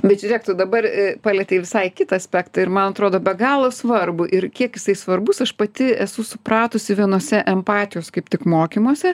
bet žiūrėk tu dabar palietei visai kitą aspektą ir man atrodo be galo svarbų ir kiek jisai svarbus aš pati esu supratusi vienose empatijos kaip tik mokymuose